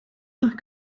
nach